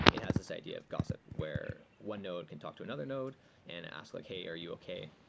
it has this idea of gossip where one node can talk to another node and ask like, hey, are you okay?